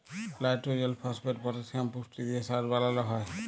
লাইট্রজেল, phosphate, potassium পুষ্টি দিঁয়ে সার বালাল হ্যয়